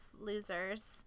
losers